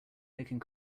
making